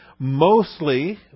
Mostly